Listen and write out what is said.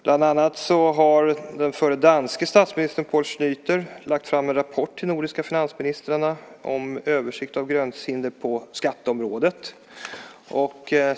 Bland annat har den förre danske statsministern Poul Schlüter lagt fram en rapport till de nordiska finansministrarna om en översikt av gränshinder på skatteområdet.